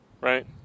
right